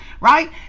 right